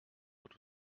what